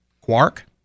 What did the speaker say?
Quark